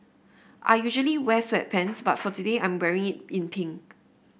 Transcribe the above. I usually wear sweatpants but for today I'm wearing it in pink